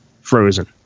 frozen